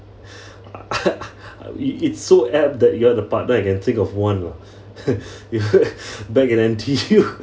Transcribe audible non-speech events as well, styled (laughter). (laughs) it it's so apt that you are the partner and can think of one lah (laughs) back at N_T_U